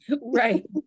right